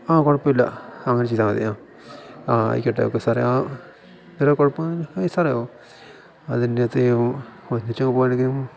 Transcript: ആ കൊഴപ്പോല്ല അങ്ങനെ ചെയ്താമതി ആ ആ ആയിക്കോട്ടെ ഓക്കെ സാറേ ആ വരാ കൊഴപ്പൊന്നുല്ല സാറോ അതിൻറ്റാത്ത് ഒന്നിച്ച് പോകുവാണെങ്കിലും